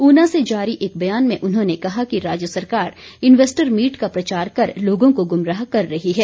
ऊना से जारी एक बयान में उन्होंने कहा कि राज्य सरकार इनवैस्टर मीट का प्रचार कर लोगों को गुमराह कर रही है